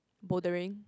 bouldering